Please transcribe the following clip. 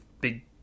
big